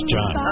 John